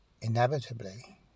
inevitably